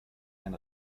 ein